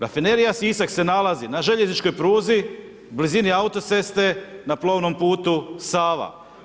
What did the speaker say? Rafinerija Sisak se nalazi na željezničkoj pruzi u blizini autoceste na plovnom putu Sava.